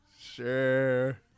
Sure